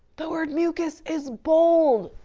the word mucus is bold.